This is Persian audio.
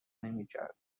نمیکرد